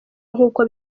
nkuko